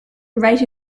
write